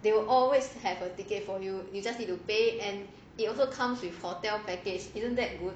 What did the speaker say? they will always have a ticket for you you just need to pay and they also comes with hotel package isn't that good